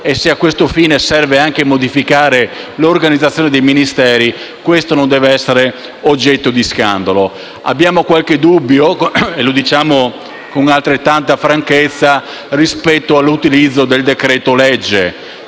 Se a questo fine serve anche modificare l'organizzazione dei Ministeri, questo non deve essere oggetto di scandalo. Abbiamo qualche dubbio - e lo diciamo con altrettanta franchezza - rispetto all'utilizzo del decreto-legge,